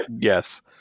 Yes